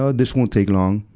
ah this won't take long.